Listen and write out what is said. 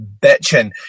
bitching